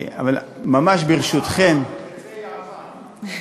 חצי אהבה.